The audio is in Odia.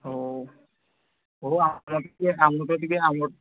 ହଉ ହଉ ଆମର ଟିକିଏ ଆମକୁ ତ ଟିକିଏ ଆମର